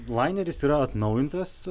laineris yra atnaujintas